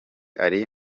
ari